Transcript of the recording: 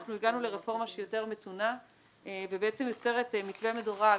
אנחנו הגענו לרפורמה שהיא יותר מתונה ובעצם יוצרת מקרה מדורג